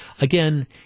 Again